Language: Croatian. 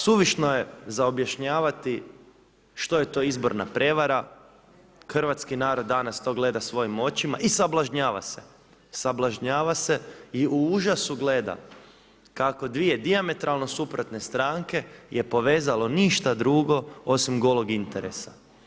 Suvišno je za objašnjavati što je to izborna prijevara, hrvatski narod danas to gleda svojim očima i sablažnjava se, sablažnjava se i u užasu gleda kako dvije dijametralno suprotne stranke je povezalo ništa drugo osim golog interesa.